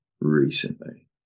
recently